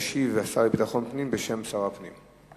ישיב השר לביטחון הפנים בשם שר הפנים.